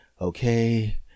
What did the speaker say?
okay